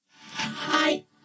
Hi